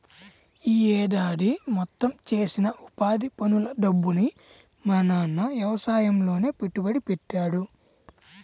యీ ఏడాది మొత్తం చేసిన ఉపాధి పనుల డబ్బుని మా నాన్న యవసాయంలోనే పెట్టుబడి పెట్టాడు